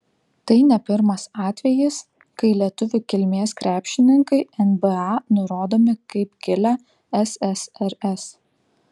tai ne pirmas atvejis kai lietuvių kilmės krepšininkai nba nurodomi kaip kilę ssrs